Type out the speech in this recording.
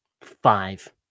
five